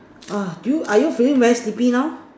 uh do you are you feeling very sleepy now